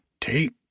Take